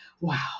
wow